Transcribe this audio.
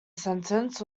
sentence